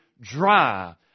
dry